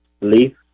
leaf